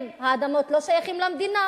אם האדמות לא שייכות למדינה,